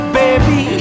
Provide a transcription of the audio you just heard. baby